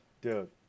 Dude